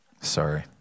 Sorry